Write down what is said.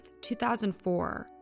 2004